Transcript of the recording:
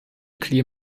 clear